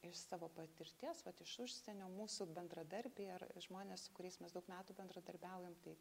iš savo patirties vat iš užsienio mūsų bendradarbiai ar žmonės su kuriais mes daug metų bendradarbiaujam tai